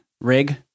rig